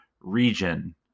region